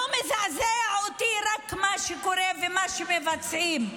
לא מזעזע אותי רק מה שקורה ומה שמבצעים,